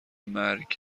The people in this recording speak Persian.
مرگ